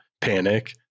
panic